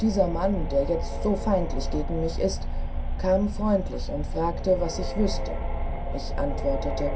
dieser mann der jetzt so feindlich gegen mich ist kam freundlich und fragt was ich wüßte ich antwortete